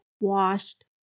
washed